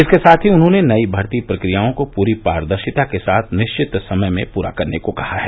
इसके साथ ही उन्होंने नई भर्ती प्रक्रिया को प्री पारदर्शिता के साथ निश्चित समय में पूरा करने को कहा है